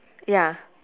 ya